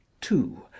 two